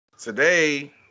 today